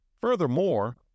Furthermore